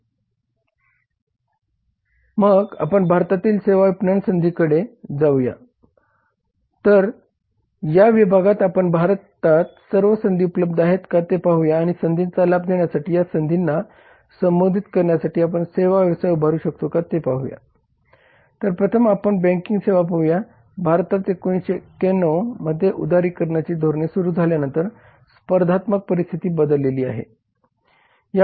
मग आपण भारतातील सेवा विपणन संधींकडे जाऊया तर या विभागात आपण भारतात सर्व संधी उपलब्ध आहेत का ते हे पाहूया आणि या संधींचा लाभ घेण्यासाठी या संधींना संबोधित करण्यासाठी आपण सेवा व्यवसाय उभारू शकतो का ते पाहूया तर प्रथम आपण बँकिंग सेवा पाहूया तर भारतात 1991 मध्ये उदारीकरणाची धोरणे सुरू झाल्यानंतर स्पर्धात्मक परिस्थिती बदलली आहे